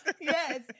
yes